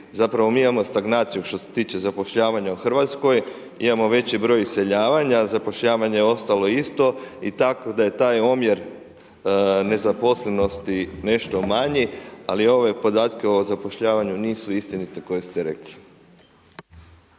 Zapravo mi imamo stagnaciju što se tiče zapošljavanja u Hrvatskoj, imamo veći broj iseljavanja, zapošljavanje je ostalo isto i tako da je taj omjer nezaposlenosti nešto manji, ali ove podatke o zapošljavanju nisu istinite koje ste rekli.